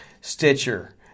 Stitcher